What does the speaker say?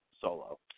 solo